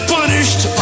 punished